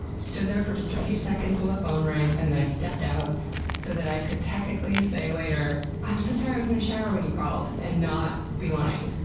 stood there for just a few seconds while the phone rang and then i stepped out so that i could technically say later, i'm so sorry i was in the shower when you called, and not be lying,